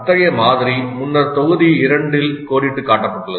அத்தகைய மாதிரி முன்னர் தொகுதி 2 இல் கோடிட்டுக் காட்டப்பட்டது